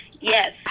yes